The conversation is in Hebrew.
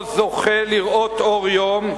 לא זוכה לראות אור יום.